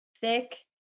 thick